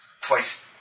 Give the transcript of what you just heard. Twice